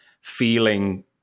feeling